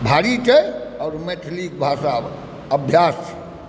भारी छै आओर मैथिली भाषा अभ्यास